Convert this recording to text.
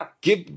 give